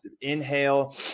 inhale